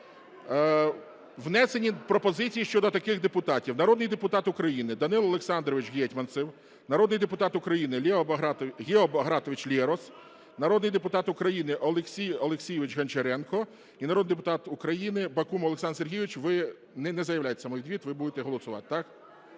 Внесені пропозиції щодо таких депутатів: народний депутат України Данило Олександрович Гетманцев, народний депутат України Гео Багратович Лерос, народний депутат України Олексій Олексійович Гончаренко і народний депутат України Бакумов Олександр Сергійович. Ви не заявляєте самовідвід, ви будете голосувати, так?